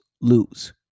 lose